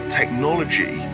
technology